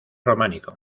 románico